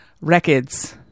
records